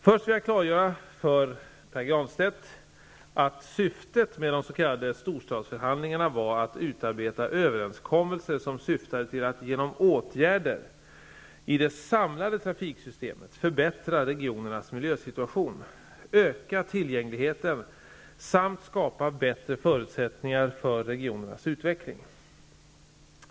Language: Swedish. Först vill jag klargöra för Pär Granstedt att syftet med de s.k. storstadsförhandlingarna var att utarbeta överenskommelser som syftade till att genom åtgärder i det samlade trafiksystemet förbättra regionernas miljösituation, öka tillgängligheten samt skapa bättre förutsättningar för regionernas utveckling.